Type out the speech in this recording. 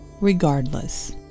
regardless